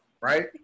right